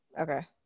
Okay